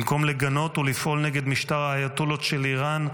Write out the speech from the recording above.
במקום לגנות ולפעול נגד משטר האייתוללות של איראן,